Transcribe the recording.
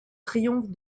triomphe